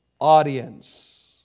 audience